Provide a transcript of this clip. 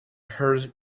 her